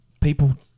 People